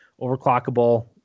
overclockable